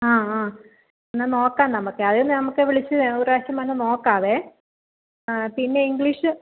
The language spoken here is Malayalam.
ആ ആ എന്നാൽ നോക്കാം നമുക്ക് അത് നമുക്ക് വിളിച്ച് ഒരു പ്രാവശ്യം വന്ന് നോക്കാമേ ആ പിന്നെ ഇംഗ്ലീഷ്